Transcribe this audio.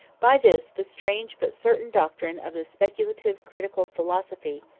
by this the strange but certain doctrine of the speculative critical philosophy,